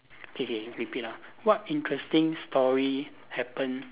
K K repeat ah what interesting story happened